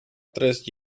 tres